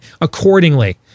accordingly